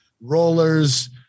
rollers